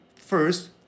first